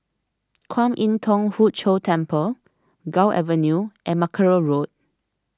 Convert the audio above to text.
Kwan Im Thong Hood Cho Temple Gul Avenue and Mackerrow Road